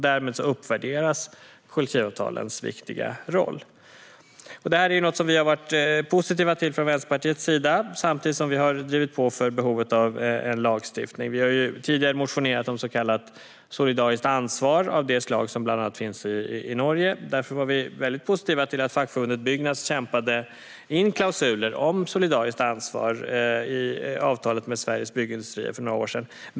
Därmed uppvärderas kollektivavtalens viktiga roll. Det här är något som vi har varit positiva till från Vänsterpartiets sida, samtidigt som vi har drivit på för behovet av en lagstiftning. Vi har tidigare motionerat om så kallat solidariskt ansvar av det slag som bland annat finns i Norge. Därför var vi väldigt positiva till att fackförbundet Byggnads kämpade in klausuler om solidariskt ansvar i avtalet med Sveriges Byggindustrier för några år sedan.